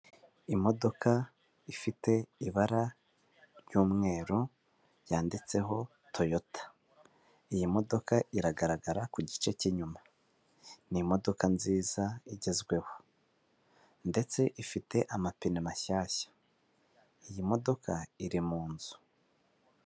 Imodoka ifite ibara ry'umweru yanditseho Toyota. Iyi modoka iragaragara ku gice cy'inyuma, ni imodoka nziza igezweho ndetse ifite amapine mashyashya, iyi modoka iri mu nzu.